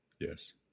Yes